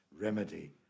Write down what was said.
remedy